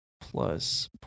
plus